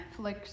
Netflix